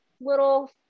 little